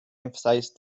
emphasized